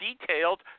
detailed